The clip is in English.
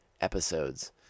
episodes